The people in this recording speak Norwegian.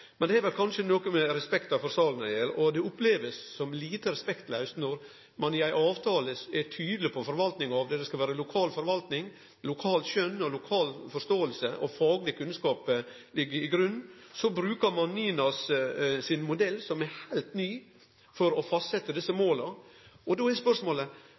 Men det har vel kanskje noko med respekten for salen å gjere. Det blir opplevd som litt respektlaust når ein i ein avtale er tydeleg på at det skal vere lokal forvalting, lokalt skjønn og lokal forståing, at fagleg kunnskap skal liggje til grunn, og så bruker ein NINAs modell, som er heilt ny, for å fastsetje desse måla. Då er spørsmålet: